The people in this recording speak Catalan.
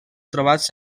trobats